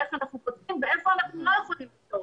איך אנחנו פותרים ואיפה אנחנו לא יכולים לפתור.